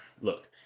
Look